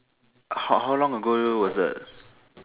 how how long ago was that